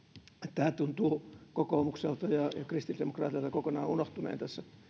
tämä tuntuu kokoomukselta ja kristillisdemokraateilta kokonaan unohtuneen tässä